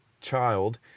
child